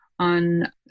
on